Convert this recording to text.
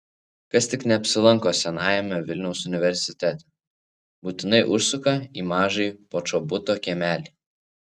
kas tik neapsilanko senajame vilniaus universitete būtinai užsuka į mažąjį počobuto kiemelį